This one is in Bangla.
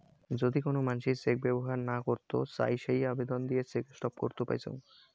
যদি কোন মানসি চেক ব্যবহর না করত চাই সে আবেদন দিয়ে চেক স্টপ করত পাইচুঙ